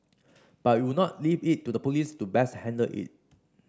but we would now leave it to the police to best handle it